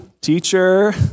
teacher